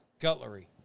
gutlery